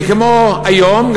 וכמו היום,